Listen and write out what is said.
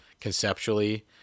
conceptually